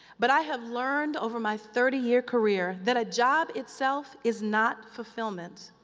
but i have learned over my thirty year career that a job itself is not fulfillment.